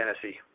tennessee